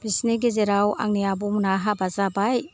बिसिनि गेजेराव आंनि आब'मोनहा हाबा जाबाय